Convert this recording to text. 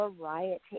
Variety